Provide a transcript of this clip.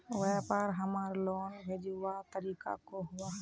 व्यापार हमार लोन भेजुआ तारीख को हुआ?